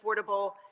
affordable